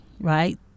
right